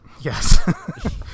Yes